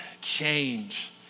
change